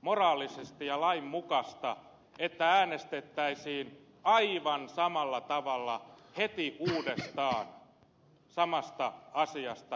moraalista ja lainmukaista että äänestettäisiin aivan samalla tavalla heti uudestaan samasta asiasta